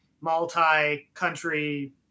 multi-country